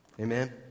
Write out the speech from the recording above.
Amen